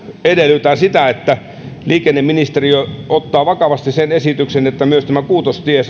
edellytän sitä että liikenneministeriö ottaa vakavasti sen esityksen että saadaan myös kuutostie